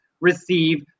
receive